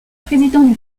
président